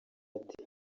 ati